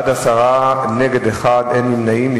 בעד, 10, נגד, 1, אין נמנעים.